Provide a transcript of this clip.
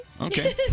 Okay